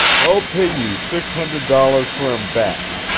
i'll pay you six hundred dollars fer him back.